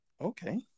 Okay